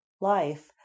life